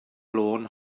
lôn